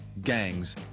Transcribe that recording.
gangs